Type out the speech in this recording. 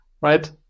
right